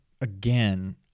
Again